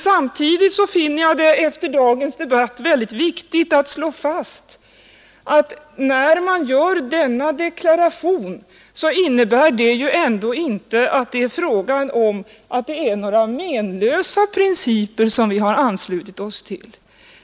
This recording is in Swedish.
Samtidigt finner jag det efter dagens debatt viktigt att slå fast att detta inte innebär att det är några menlösa principer som vi har anslutit oss till.